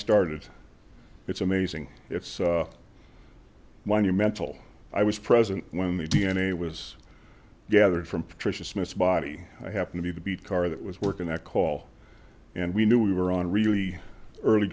started it's amazing it's monumental i was present when the d n a was gathered from patricia smith's body i happen to be the beat car that was working that call and we knew we were on really early